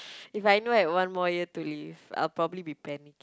if I know I had one more year to live I will probably be panic